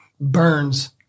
burns